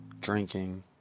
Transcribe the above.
drinking